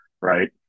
right